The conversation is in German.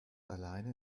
alleine